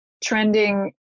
trending